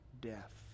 death